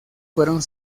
fueron